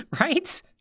Right